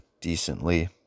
decently